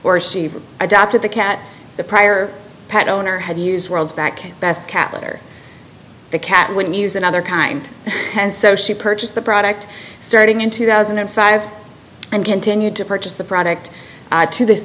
or she adopted the cat the prior pet owner had used world's back best catheter the cat wouldn't use another kind and so she purchased the product starting in two thousand and five and continued to purchase the product to this